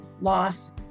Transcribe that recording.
loss